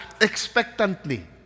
expectantly